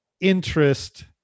interest